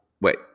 wait